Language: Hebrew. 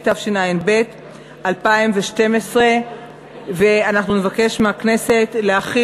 התשע"ב 2012. אנחנו נבקש מהכנסת להחיל